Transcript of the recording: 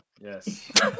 Yes